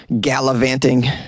gallivanting